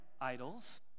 idols